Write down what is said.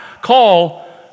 call